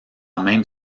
même